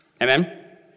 Amen